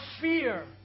fear